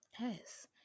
Yes